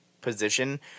position